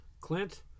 Clint